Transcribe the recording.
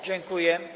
Dziękuję.